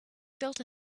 built